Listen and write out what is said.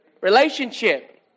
relationship